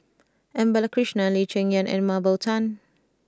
M Balakrishnan Lee Cheng Yan and Mah Bow Tan